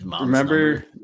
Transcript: remember